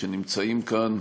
שנמצאים כאן.